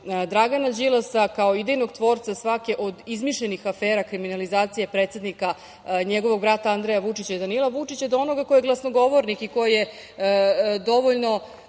Dragana Đilasa, kao idejnog tvorca svake od izmišljenih afera kriminalizacije predsednika, njegovog brata Andreja Vučića i Danila Vučića, do onoga ko je glasnogovornik i ko je dovoljno,